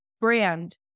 Brand